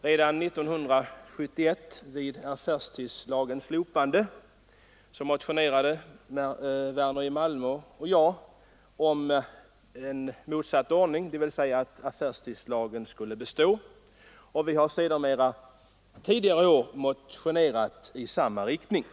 Redan 1971 vid affärstidslagens slopande motionerade herr Werner i Malmö och jag om en motsatt ordning, dvs. att affärstidslagen skulle bestå, och vi har sedermera motionerat i samma riktning.